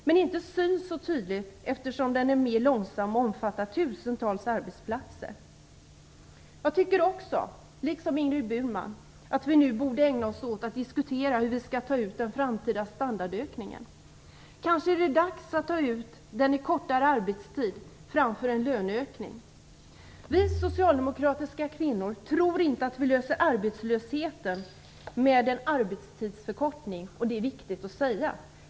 Det syns dock inte så tydligt, eftersom den än mera långsam och omfattar tusentals arbetsplatser. Jag tycker, liksom Ingrid Burman, att vi nu borde ägna oss åt att diskutera hur vi skall ta ut den framtida standardökningen. Kanske är det dags att ta ut den i kortare arbetstid framför en löneökning. Vi socialdemokratiska kvinnor tror inte att arbetslösheten kan minskas genom en arbetstidsförkortning, och det är viktigt att säga.